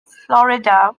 florida